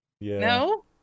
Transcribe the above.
no